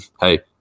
hey